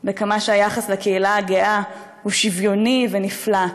כמה שהיחס לקהילה הגאה הוא שוויוני ונפלא.